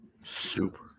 super